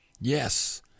yes